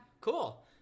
Cool